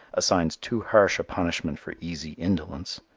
assigns too harsh a punishment for easy indolence,